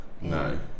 No